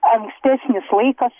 ankstesnis laikas